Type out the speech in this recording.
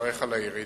מברך על הירידה